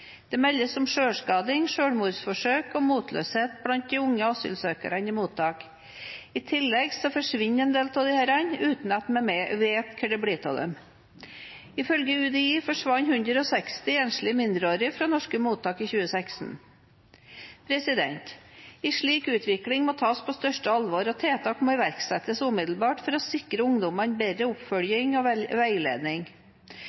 Det meldes om selvskading, selvmordsforsøk og motløshet blant de unge asylsøkerne i mottak. I tillegg forsvinner en del av disse uten at en vet hvor det blir av dem. Ifølge UDI forsvant 160 enslige mindreårige fra norske mottak i 2016. En slik utvikling må tas på største alvor, og tiltak må iverksettes umiddelbart for å sikre ungdommene bedre